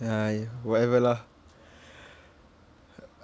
ya y~ whatever lah